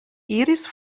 iris